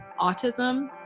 autism